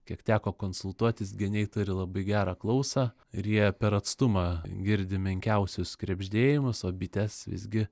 kiek teko konsultuotis geniai turi labai gerą klausą ir jie per atstumą girdi menkiausius krebždėjimus o bitės visgi